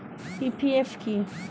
PPF কি?